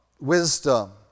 wisdom